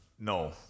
No